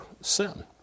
sin